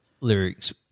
lyrics